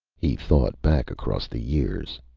he thought back across the years,